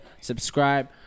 subscribe